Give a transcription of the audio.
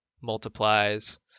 multiplies